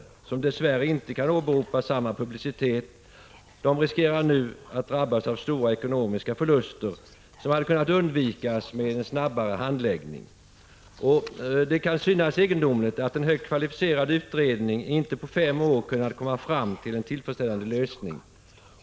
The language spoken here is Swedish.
1985/86:142 som dess värre inte kan åberopa samma publicitet. De riskerar nu att drabbas 15 maj 1986 av stora ekonomiska förluster som hade kunnat undvikas genom en snabbare handläggning. Det kan synas egendomligt att en högt kvalificerad utredning inte på fem år kunnat komma fram till en tillfredsställande lösning.